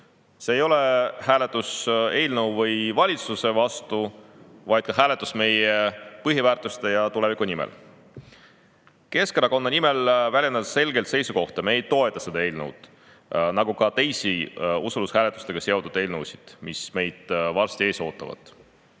ainult] hääletus eelnõu või valitsuse vastu, vaid ka hääletus meie põhiväärtuste ja tuleviku eest. Keskerakonna nimel väljendan selgelt seisukohta: me ei toeta seda eelnõu, nagu ka teisi usaldushääletusega seotud eelnõusid, mis meid varsti ees ootavad.